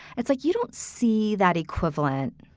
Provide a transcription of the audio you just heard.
it's like you don't see that equivalent